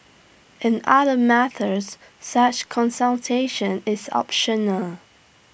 in other matters such consultation is optional